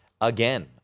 again